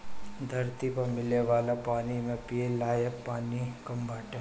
धरती पअ मिले वाला पानी में पिये लायक पानी कम बाटे